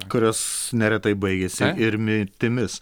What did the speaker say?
kurios neretai baigiasi ir mirtimis